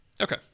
okay